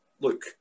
Look